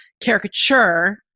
caricature